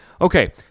okay